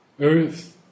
earth